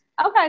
Okay